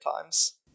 times